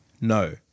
no